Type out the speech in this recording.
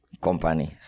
company